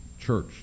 church